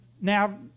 now